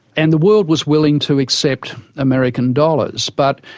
and the world was willing to accept american dollars. but